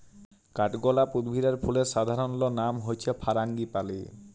কাঠগলাপ উদ্ভিদ আর ফুলের সাধারণলনাম হচ্যে ফারাঙ্গিপালি